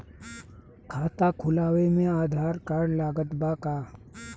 खाता खुलावे म आधार कार्ड लागत बा का?